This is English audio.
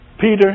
Peter